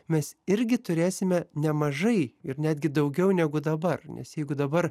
mes irgi turėsime nemažai ir netgi daugiau negu dabar nes jeigu dabar